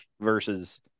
versus